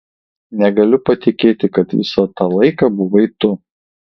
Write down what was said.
negaliu patikėti kad visą tą laiką buvai tu